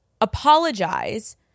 apologize